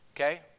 Okay